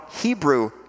Hebrew